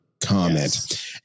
comment